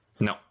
No